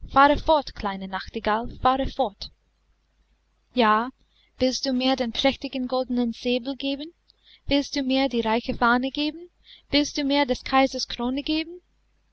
fort kleine nachtigall fahre fort ja willst du mir den prächtigen goldenen säbel geben willst du mir die reiche fahne geben willst du mir des kaisers krone geben